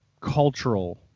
cultural